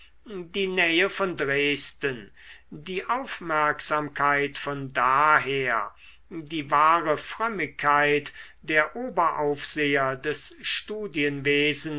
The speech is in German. die nähe von dresden die aufmerksamkeit von daher die wahre frömmigkeit der oberaufseher des